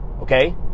Okay